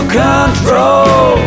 control